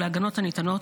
ולהגנות הניתנות